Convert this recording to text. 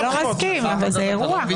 בסדר, אתה לא מסכים אבל זה אירוע.